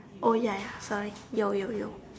oh ya ya sorry yo yo yo